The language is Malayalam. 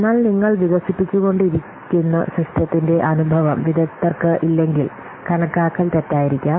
എന്നാൽ നിങ്ങൾ വികസിപ്പിച്ചുകൊണ്ടിരിക്കുന്ന സിസ്റ്റത്തിന്റെ അനുഭവം വിദഗ്ദ്ധർക്ക് ഇല്ലെങ്കിൽ കണക്കാക്കൽ തെറ്റായിരിക്കാം